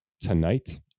tonight